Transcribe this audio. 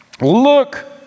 Look